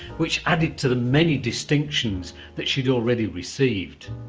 which added to the many distinctions that she had already received.